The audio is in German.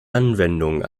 anwendungen